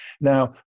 Now